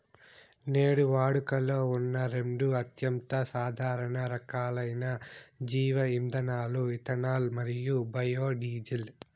నేడు వాడుకలో ఉన్న రెండు అత్యంత సాధారణ రకాలైన జీవ ఇంధనాలు ఇథనాల్ మరియు బయోడీజిల్